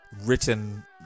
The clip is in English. written